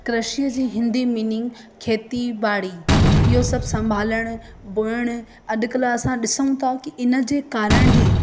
कृषि जी हिंदी मीनिंग खेतीॿाड़ी इहो सभु संभालणु बोअण अॼुकल्ह असां ॾिसूं था की इन जे कारण ई